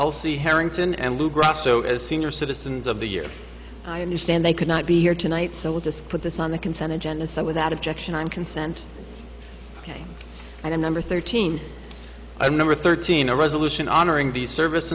elsie harrington and luke grasso as senior citizens of the year i understand they could not be here tonight so we'll just put this on the consent of genocide without objection non consent ok and then number thirteen i'm number thirteen a resolution honoring the service